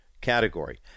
category